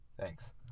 Thanks